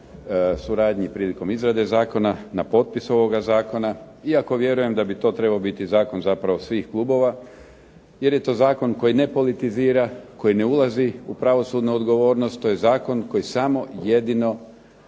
na suradnji prilikom izrade zakona na potpis ovoga zakona, iako vjerujem da bi to trebao biti zakon zapravo svih klubova, jer je to zakon koji ne politizira, koji ne ulazi u pravosudnu odgovornost. To je zakon koji samo jedino